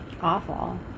Awful